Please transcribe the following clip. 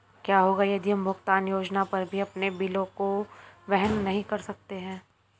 क्या होगा यदि हम भुगतान योजना पर भी अपने बिलों को वहन नहीं कर सकते हैं?